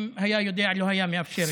אם היה יודע, לא היה מאפשר את זה.